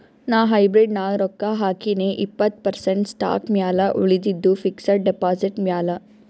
ನಾ ಹೈಬ್ರಿಡ್ ನಾಗ್ ರೊಕ್ಕಾ ಹಾಕಿನೀ ಇಪ್ಪತ್ತ್ ಪರ್ಸೆಂಟ್ ಸ್ಟಾಕ್ ಮ್ಯಾಲ ಉಳಿದಿದ್ದು ಫಿಕ್ಸಡ್ ಡೆಪಾಸಿಟ್ ಮ್ಯಾಲ